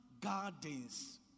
gardens